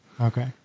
Okay